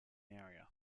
area